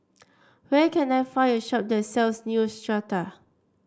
where can I find a shop that sells Neostrata